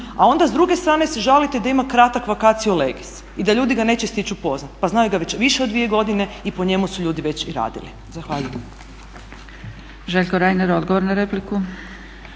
a onda s druge strane se žalite da ima kratak vacatio legis i da ljudi ga neće stići upoznati. Pa znaju ga već više od 2 godine i po njemu su ljudi već i radili. Zahvaljujem. **Zgrebec, Dragica